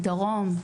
דרום,